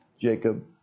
Jacob